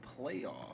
playoff